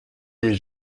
des